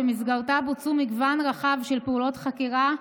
ובמסגרתה בוצע מגוון רחב של פעולות חקירה,